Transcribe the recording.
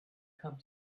come